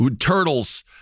turtles